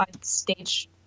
stage